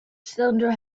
cylinder